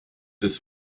des